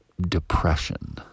depression